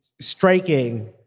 striking